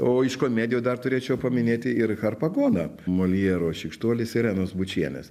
o iš komedijų dar turėčiau paminėti ir harpagoną moljero šykštuolis irenos bučienės